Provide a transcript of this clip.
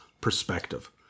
perspective